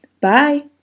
Bye